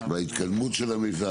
וההתקדמות של המיזם,